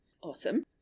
awesome